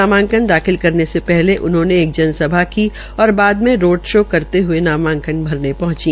नामांकन दाखिल करने से पहले उन्होंने एक जनसभा की और बाद में रोड शो करते हये नामांकन भरने पहंची